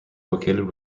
located